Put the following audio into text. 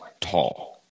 tall